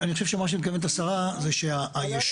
אני חושב שמה שמתכוונת השרה זה שהיישוב